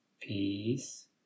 peace